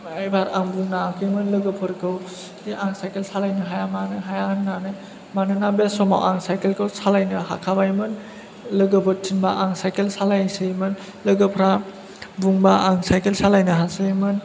एबार आं बुंनाङाखैमोन लोगोफोरखौ खि आं साइकेल सालायनो हाया मानो हाया होन्नानै मानोना बे समाव साइकेल खौ सालायनो हाखाबायमोन लोगोफोर थिनबा आं साइकेल सालायसैमोन लोगोफ्रा बुंबा आं साइकेल सालायनो हासैमोन